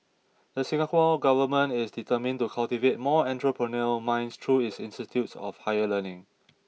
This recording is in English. the Singapore government is determined to cultivate more entrepreneurial minds through its institutes of higher learning